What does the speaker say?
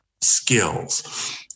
skills